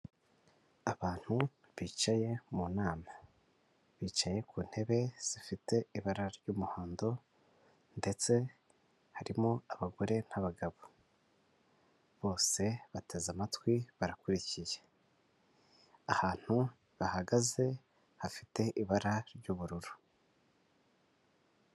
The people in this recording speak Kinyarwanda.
Abantu bicaye mu nama, bicaye ku ntebe zifite ibara ry'umuhondo ndetse harimo abagore n'abagabo. Bose bateze amatwi barakurikiye. Ahantu bahagaze hafite ibara ry'ubururu.